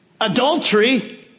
Adultery